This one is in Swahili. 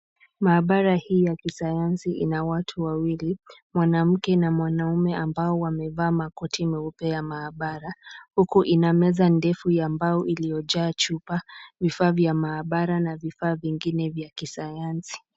Maabara hii ya kisayansi ina watu wawili, mwanamke na mwanamume ambao wamevaa makoti meupe ya maabara huku ina meza ndefu ya mbao iliyojaa chupa, vifaa vya maabara na vifaa vingine vya kisayansi.